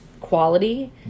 quality